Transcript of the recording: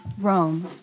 Rome